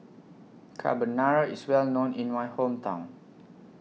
Carbonara IS Well known in My Hometown